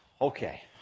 Okay